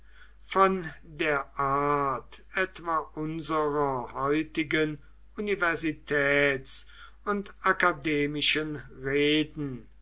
von der art etwa unserer heutigen universitäts und akademischen reden